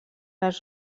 les